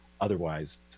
otherwise